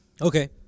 Okay